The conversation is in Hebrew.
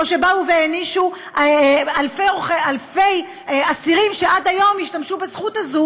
או שבאו והענישו אלפי אסירים שעד היום השתמשו בזכות הזו